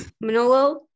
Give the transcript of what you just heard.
Manolo